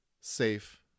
safe